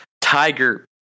Tiger